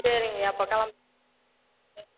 சரிங்கய்யா அப்போது கிளம்பி ம்